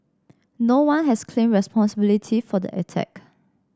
no one has claimed responsibility for the attack